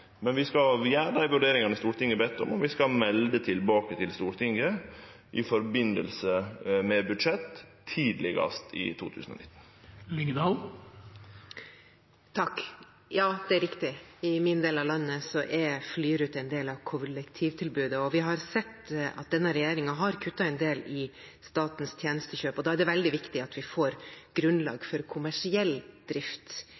Men vi skal gjere dei vurderingane Stortinget har bedt om, og vi skal melde tilbake til Stortinget i samband med budsjett, tidlegast i 2019. Takk. Ja, det er riktig, i min del av landet er flyrutene en del av kollektivtilbudet, og vi har sett at denne regjeringen har kuttet en del i statens tjenestekjøp, og da er det veldig viktig at vi får et grunnlag for kommersiell drift